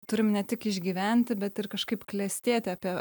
turim ne tik išgyventi bet ir kažkaip klestėti apie